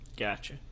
Gotcha